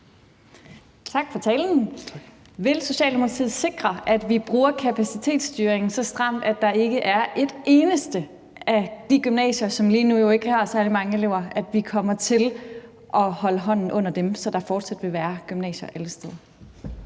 Tak for talen. Vil Socialdemokratiet sikre, at vi bruger kapacitetsstyringen så stramt, at vi kommer til at holde hånden under hvert eneste af de gymnasier, som lige nu jo ikke har særlig mange elever, så der fortsat vil være gymnasier alle steder?